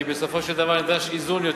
כי בסופו של דבר נדרש איזון,